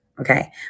Okay